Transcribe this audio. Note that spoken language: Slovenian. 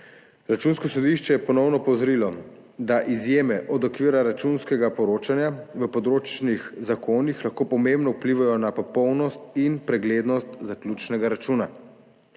Računsko sodišče je ponovno opozorilo, da izjeme od okvira računskega poročanja v področnih zakonih lahko pomembno vplivajo na popolnost in preglednost zaključnega računa.